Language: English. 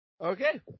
Okay